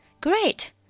Great